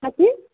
कथी